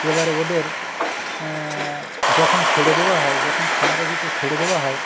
এবারে ওদের যখন ছেড়ে দেওয়া হয় যখন খামারের ভিতরে ছেড়ে দেওয়া হয়